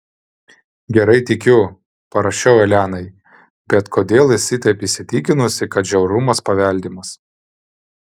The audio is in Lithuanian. gerai tikiu parašiau elenai bet kodėl esi taip įsitikinusi kad žiaurumas paveldimas